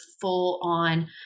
full-on